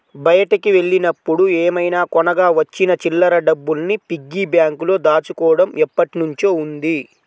బయటికి వెళ్ళినప్పుడు ఏమైనా కొనగా వచ్చిన చిల్లర డబ్బుల్ని పిగ్గీ బ్యాంకులో దాచుకోడం ఎప్పట్నుంచో ఉంది